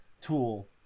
tool